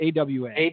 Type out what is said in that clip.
AWA